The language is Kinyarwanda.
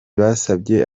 basabye